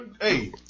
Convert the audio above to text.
Hey